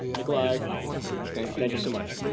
nikolaj thank you. thank you so much.